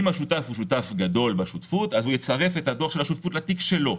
אם השותף הוא שותף גדול בשותפות הוא יצרף את הדוח של השותפות לתיק שלו.